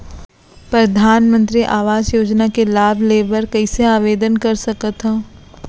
परधानमंतरी आवास योजना के लाभ ले बर कइसे आवेदन कर सकथव?